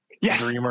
yes